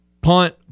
Punt